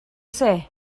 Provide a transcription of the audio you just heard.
say